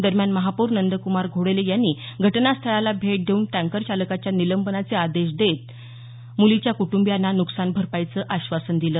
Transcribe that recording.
दरम्यान महापौर नंदकुमार घोडेले यांनी घटनास्थळाला भेट देऊन टँकरचालकाच्या निलंबनाचे आदेश देत मुलीच्या कुटुंबियांना नुकसान भरपाईचे आश्वासन दिले